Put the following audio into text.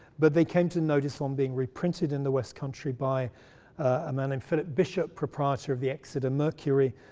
but they came to notice on being reprinted in the west country by a man named philip bishop, proprietor of the exeter mercury,